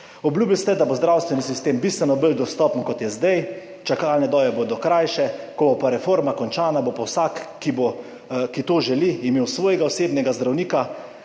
Obljubili ste, da bo zdravstveni sistem bistveno bolj dostopen, kot je zdaj. Čakalne dobe bodo krajše, ko bo pa reforma končana, bo pa vsak, ki to želi, imel svojega osebnega zdravnika,